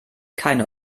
keine